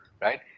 right